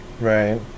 Right